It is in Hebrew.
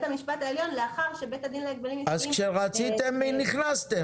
המשפט העליון לאחר שבית הדין להגבלים עסקיים --- כשרציתם נכנסתם,